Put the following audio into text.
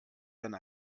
sein